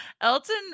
elton